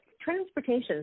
transportation